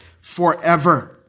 forever